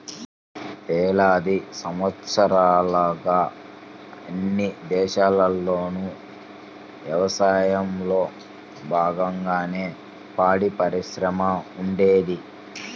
వేలాది సంవత్సరాలుగా అన్ని దేశాల్లోనూ యవసాయంలో బాగంగానే పాడిపరిశ్రమ ఉండేది